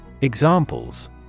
Examples